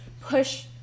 push